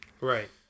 Right